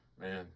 Man